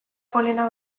polena